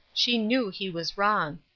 she knew he was wrong.